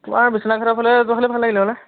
বিশ্বনাথ ঘাটৰ ফালে যোৱাহ'লে ভাল লাগিল হ'লে